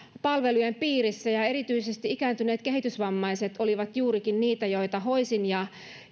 palvelujen piirissä ja erityisesti ikääntyneet kehitysvammaiset olivat juurikin niitä joita hoidin ja